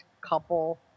couple